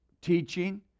teaching